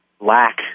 lack